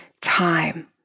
time